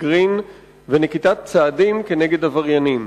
גרין ונקיטת אמצעים כנגד עבריינים.